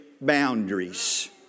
boundaries